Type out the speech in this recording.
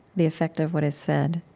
the effect of what is said,